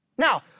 Now